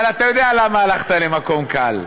אבל אתה יודע למה הלכת למקום קל?